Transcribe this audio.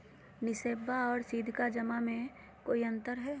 निबेसबा आर सीधका जमा मे कोइ अंतर हय?